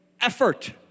effort